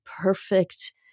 perfect